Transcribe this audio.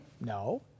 No